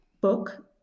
book